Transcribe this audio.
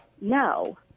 No